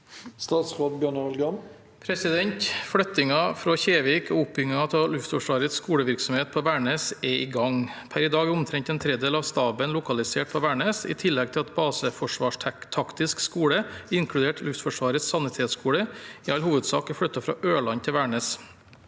Flyttingen fra Kjevik og oppbyggingen av Luftforsvarets skolevirksomhet på Værnes er i gang. Per i dag er omtrent en tredjedel av staben lokalisert på Værnes, i tillegg til at Baseforsvarstaktisk skole, inkludert Luftforsvarets sanitetsskole, i all hovedsak er flyttet fra Ørland til Værnes.